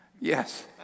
yes